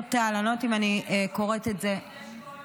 אני לא יודעת אם אני קוראת את זה --- הוא רב?